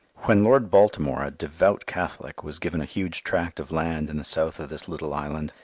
when lord baltimore, a devout catholic, was given a huge tract of land in the south of this little island,